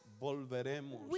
Volveremos